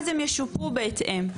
אז הם ישופו בהתאם,